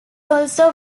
also